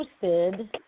posted